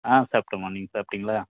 ஆ சாப்பிட்டம்மா நீங்கள் சாப்பிடிங்ளா